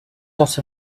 dot